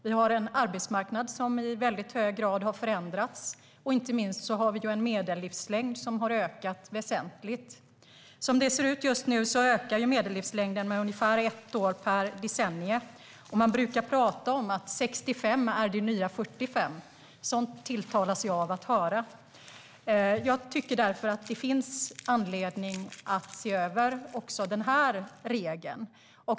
Vi har en arbetsmarknad som i mycket hög grad har förändrats, och inte minst har vi en medellivslängd som har ökat väsentligt. Som det ser ut just nu ökar medellivslängden med ungefär ett år per decennium, och man brukar tala om att 65 är det nya 45. Sådant tilltalas jag av att höra. Därför tycker jag att det finns anledning att se över också denna regel.